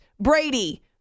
Brady